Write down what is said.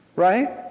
Right